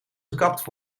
gekapt